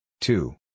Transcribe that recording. Two